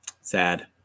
Sad